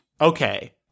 Okay